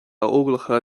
óglacha